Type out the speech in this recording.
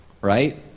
right